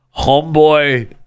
homeboy